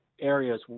areas